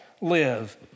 live